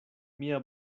mia